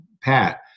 pat